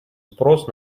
спрос